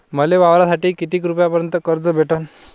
मले वावरासाठी किती रुपयापर्यंत कर्ज भेटन?